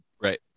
Right